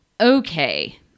Okay